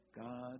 God